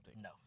No